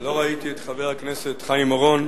לא ראיתי את חבר הכנסת חיים אורון,